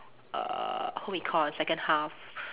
err home econs second half